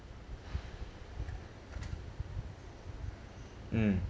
mm